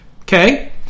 okay